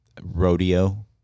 rodeo